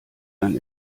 ein